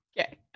okay